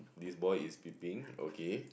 this boy is peeping okay